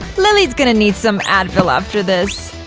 lily's gonna need some advil after this.